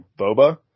Boba